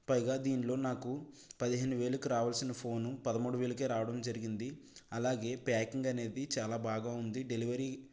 పైగా దీనిలో నాకు పదిహేను వేలుకు రావాల్సిన ఫోన్ పదమూడు వేలుకే రావడం జరిగింది అలాగే ప్యాకింగ్ అనేది చాలా బాగా ఉంది డెలివరీ